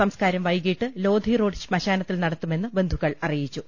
സംസ്കാരം വൈകീട്ട് ലോധി റോഡ് ശ്മശാനത്തിൽ നടത്തുമെന്ന് ബന്ധുക്കൾ അറി യിച്ചു